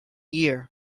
year